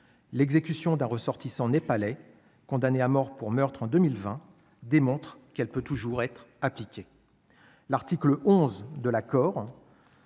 l'exécution d'un ressortissant népalais, condamné à mort pour meurtre en 2020 démontre qu'elle peut toujours être appliqué l'article 11 de l'accord